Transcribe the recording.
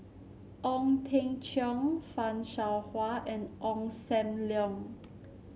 Ong Teng Cheong Fan Shao Hua and Ong Sam Leong